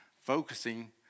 focusing